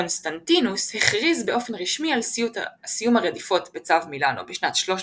קונסטנטינוס הכריז באופן רשמי על סיום הרדיפות בצו מילאנו בשנת 313,